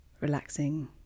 relaxing